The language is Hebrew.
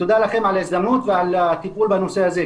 תודה לכם על ההזדמנות ועל הטיפול בנושא הזה,